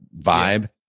vibe